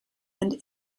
and